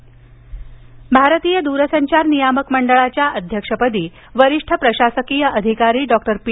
दूरसंचार नियुक्ती भारतीय दरसंचार नियामक मंडळाच्या अध्यक्षपदावर वरिष्ठ प्रशासकीय अधिकारी डॉक्टर पी